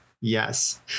Yes